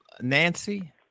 Nancy